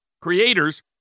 creators